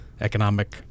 economic